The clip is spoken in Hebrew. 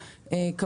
יהיה,